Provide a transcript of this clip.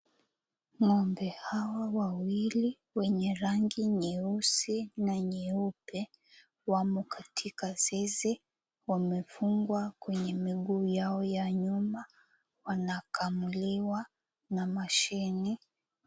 Ng'ombe hawa wawili wenye rangi nyeusi na nyeupe wamo katika zizi, wamefungwa kwenye miguu yao ya nyuma, wanakamuliwa na mashine.